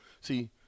See